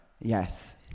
Yes